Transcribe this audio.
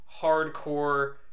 hardcore